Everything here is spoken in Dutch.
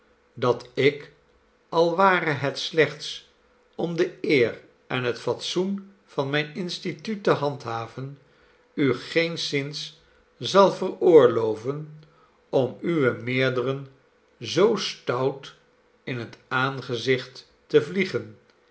dat ik al ware het slechts om de eer en het fatsoen van mijn instituut te handhaven u geenszins zal veroorloven om uwen meerderen zoo stout in het aangezicht te vlier